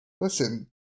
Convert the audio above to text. listen